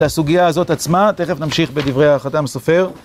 את הסוגיה הזאת עצמה, תכף נמשיך בדברי החתם סופר.